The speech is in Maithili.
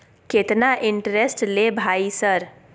केतना इंटेरेस्ट ले भाई सर?